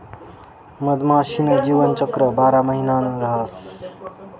मधमाशी न जीवनचक्र बारा महिना न रहास